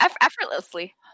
effortlessly